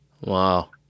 Wow